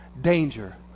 danger